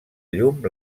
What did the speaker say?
llum